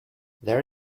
there